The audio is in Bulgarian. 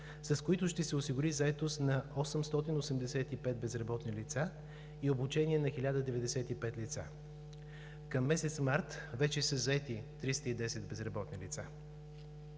с които ще се осигури заетост на 885 безработни лица и обучение на 1095 лица. Към месец март вече са заети 310 безработни лица.